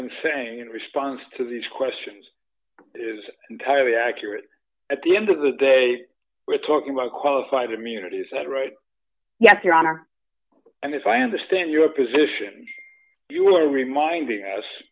been saying in response to these questions is entirely accurate at the end of the day we're talking about qualified immunity is that right yes your honor and as i understand your position you were reminding